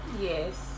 Yes